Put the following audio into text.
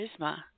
charisma